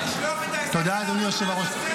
לשלוח את טייסי חיל האוויר לעזאזל --- מדבר